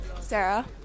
Sarah